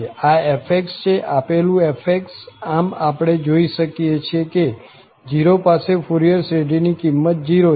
આ f છે આપેલું f આમ આપણે જોઈ શકીએ છીએ કે 0 પાસે ફુરિયર શ્રેઢીની કિંમત 0 છે